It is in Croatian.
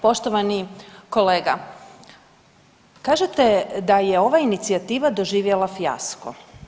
Poštovani kolega, kažete da je ova inicijativa doživjela fijasko.